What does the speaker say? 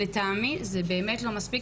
לטעמי זה באמת לא מספיק.